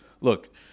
look